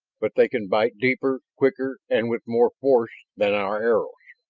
but they can bite deeper, quicker, and with more force than our arrows.